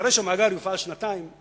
אחרי שהמאגר יופעל שנתיים,